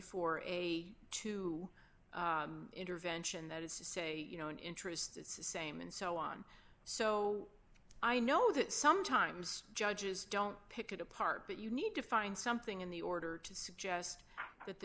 four a two intervention that is to say you know an interest is the same and so on so i know that sometimes judges don't pick it apart but you need to find something in the order to suggest that the